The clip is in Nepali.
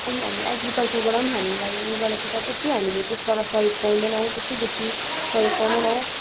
अनि हामी एग्रिकल्चरबाट पनि हामीलाई उ यो गरेको छ तर त्यति हामीले त्यसबाट सहयोग पाउँदैनौँ त्यति बेसी सहयोग पाउँदैनौँ